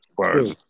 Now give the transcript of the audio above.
true